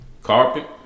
Carpet